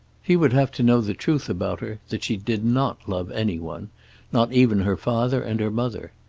he would have to know the truth about her, that she did not love any one not even her father and her mother.